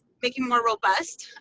making more robust.